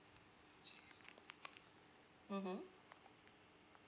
mmhmm